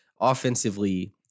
offensively